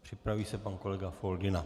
Připraví se pan kolega Foldyna.